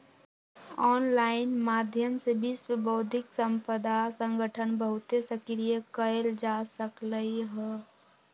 online माध्यम से विश्व बौद्धिक संपदा संगठन बहुते सक्रिय कएल जा सकलई ह